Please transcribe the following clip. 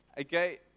Okay